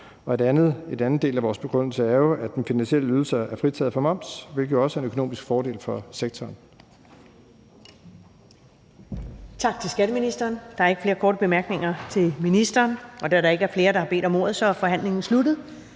En anden del af vores begrundelse er jo, at finansielle ydelser er fritaget for moms, hvilket jo også er en økonomisk fordel for sektoren.